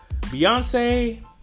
Beyonce